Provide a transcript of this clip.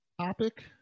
topic